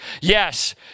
Yes